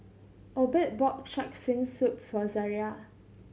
Obed bought Shark's Fin Soup for Zariah